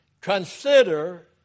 consider